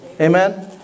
Amen